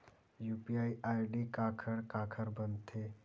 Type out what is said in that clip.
UPI ID काखर काखर बनथे?